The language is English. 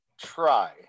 try